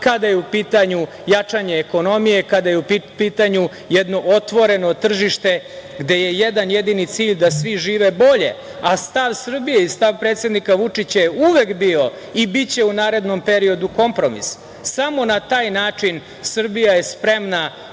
kada je u pitanju jačanje ekonomije, kada je u pitanju jedno otvoreno tržište gde je jedan jedini cilj da svi žive bolje. Stav Srbije i stav predsednika Vučića je uvek bio i biće u narednom periodu kompromis, samo na taj način Srbija je spremna